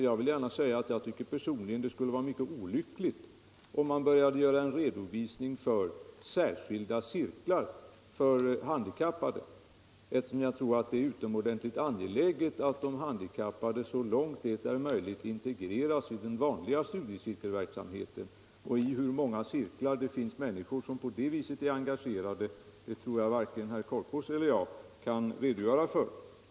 Jag vill gärna säga att jag personligen tycker att det skulle vara mycket olyckligt om man började ge en redovisning av särskilda cirklar för handikappade, eftersom jag tror att det är utomordentligt angeläget att de handikappade så långt det är möjligt integreras i den vanliga studiecirkelverksamheten. Och i hur många cirklar det finns människor som på det viset är engagerade tror jag varken herr Korpås eller jag kan redogöra för.